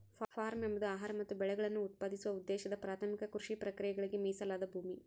form ಎಂಬುದು ಆಹಾರ ಮತ್ತು ಬೆಳೆಗಳನ್ನು ಉತ್ಪಾದಿಸುವ ಉದ್ದೇಶದ ಪ್ರಾಥಮಿಕ ಕೃಷಿ ಪ್ರಕ್ರಿಯೆಗಳಿಗೆ ಮೀಸಲಾದ ಭೂಮಿ